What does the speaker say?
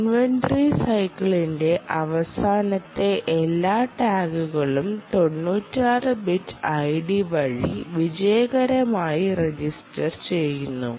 inventory സൈക്കിളിന്റെ അവസാനത്തെ എല്ലാ ടാഗുകളും 96 ബിറ്റ് ഐഡി വഴി വിജയകരമായി രജിസ്റ്റർ ചെയ്യുന്നു